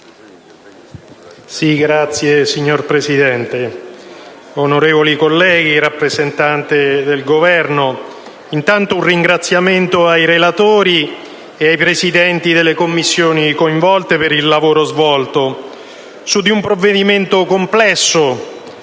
*(PD)*. Signor Presidente, onorevoli colleghi, signora rappresentante del Governo, intanto rivolgo un ringraziamento ai relatori e ai Presidenti delle Commissioni competenti per il lavoro svolto su un provvedimento complesso,